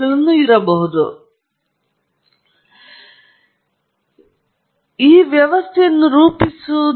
ನೀವು ಸ್ಕೀಮಾಟಿಕ್ ಅನ್ನು ಹೊಂದಬಹುದು ನಿಮ್ಮ ವ್ಯವಸ್ಥೆಯನ್ನು ರೂಪಿಸುವ ಕೆಲವು ವ್ಯವಸ್ಥೆಯ ರೂಪರೇಖೆ